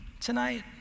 tonight